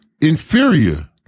Inferior